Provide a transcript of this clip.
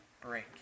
break